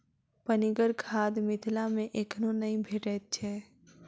पनिगर खाद मिथिला मे एखनो नै भेटैत छै